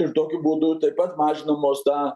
ir tokiu būdu taip pat mažinamos tą